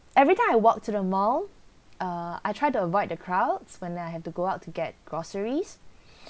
every time I walk to the mall uh I try to avoid the crowds when I have to go out to get groceries